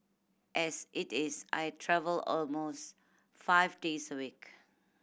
as it is I travel almost five days a week